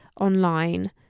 online